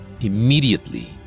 Immediately